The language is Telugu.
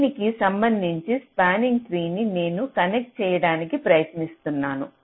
దీనికి సంబంధించి స్పానింగ్ ట్రీ ని నేను కనెక్ట్ చేయడానికి ప్రయత్నిస్తున్నాను